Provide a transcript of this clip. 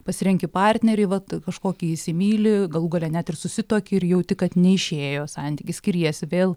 pasirenki partnerį vat kažkokį įsimyli galų gale net ir susituoki ir jauti kad neišėjo santykis skiriesi vėl